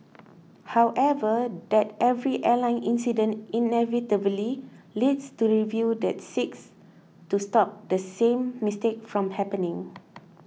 however that every airline incident inevitably leads to reviews that seek to stop the same mistake from happening